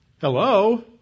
Hello